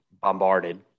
bombarded